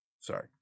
Sorry